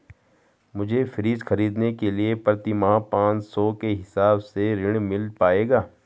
मुझे फ्रीज खरीदने के लिए प्रति माह पाँच सौ के हिसाब से ऋण मिल पाएगा?